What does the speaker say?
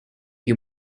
you